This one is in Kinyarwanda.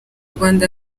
rwanda